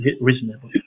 reasonable